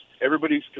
everybody's –